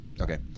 Okay